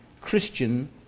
Christian